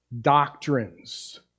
doctrines